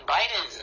Biden